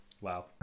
Wow